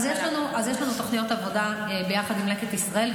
אז יש לנו תוכניות עבודה ביחד עם לקט ישראל,